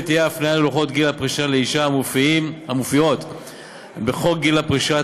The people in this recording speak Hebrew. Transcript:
ותהיה הפניה ללוחות גיל הפרישה לאישה המופיעים בחוק גיל פרישה,